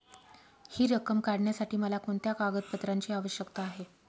हि रक्कम काढण्यासाठी मला कोणत्या कागदपत्रांची आवश्यकता आहे?